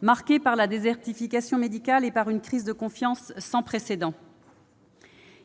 marqués par la désertification médicale et par une crise de confiance sans précédent.